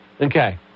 Okay